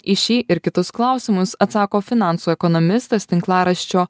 į šį ir kitus klausimus atsako finansų ekonomistas tinklaraščio